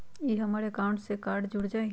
ई हमर अकाउंट से कार्ड जुर जाई?